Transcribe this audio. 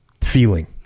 feeling